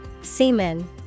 Semen